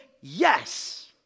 yes